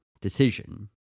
decision